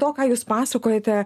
to ką jūs pasakojate